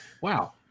Wow